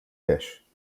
fish